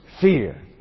Fear